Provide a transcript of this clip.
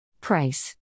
Price